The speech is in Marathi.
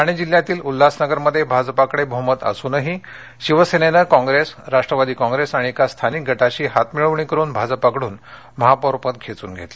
ठाणे जिल्ह्यातील उल्हासनगरमध्ये भाजपकडे बहुमत असूनही शिवसेनेनं काँप्रेसराष्ट्रवादी काँप्रेस आणि एका स्थानिक गटाशी हातमिळवणी करून भाजपकडून महापौरपद खेचून घेतलं